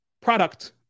product